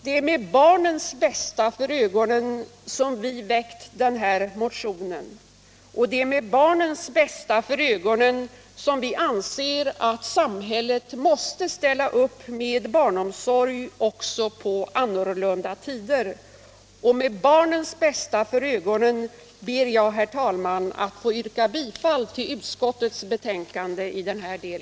Det är med barnens bästa för ögonen som vi har väckt den här motionen, och det är med barnens bästa för ögonen som vi anser att samhället måste ställa upp med barnomsorg också på annorlunda tider. Det är också med barnens bästa för ögonen som jag nu ber att få yrka bifall till utskottets hemställan i denna del.